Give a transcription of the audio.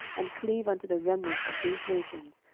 and cleave unto the remnant of these nations,